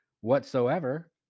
whatsoever